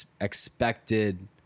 expected